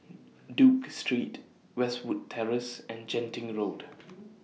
Duke Street Westwood Terrace and Genting Road